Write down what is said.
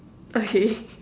okay